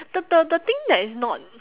the the the thing that is not